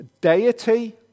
deity